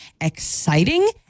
exciting